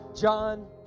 John